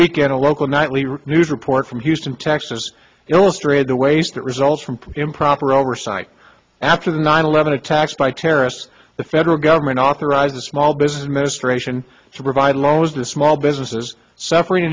weekend a local nightly news report from houston texas illustrated the waste that results from improper oversight after the nine eleven attacks by terrorists the federal government authorized the small business ministration to provide loans to small businesses suffer